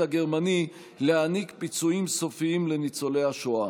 הגרמני להעניק פיצויים סופיים לניצולי השואה.